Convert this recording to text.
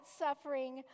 suffering